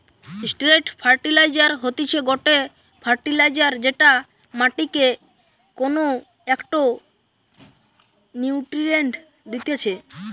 straight fertiliser হতিছে গটে fertiliser যেটা মাটিকে কোনো একটো নিউট্রিয়েন্ট দিতেছে